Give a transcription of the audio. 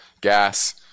gas